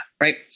right